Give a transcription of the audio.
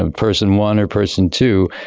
and person one or person two?